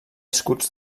escuts